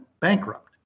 bankrupt